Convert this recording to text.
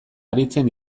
aritzen